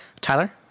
Tyler